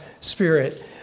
spirit